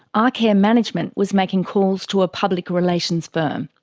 arcare management was making calls to a public relations firm.